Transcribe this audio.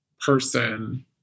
person